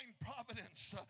providence